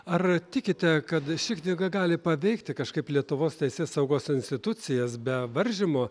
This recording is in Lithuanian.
ar tikite kad ši knyga gali paveikti kažkaip lietuvos teisėsaugos institucijas be varžymo